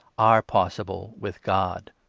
are possible with god.